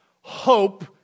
hope